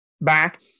back